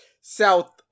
south